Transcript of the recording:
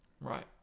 Right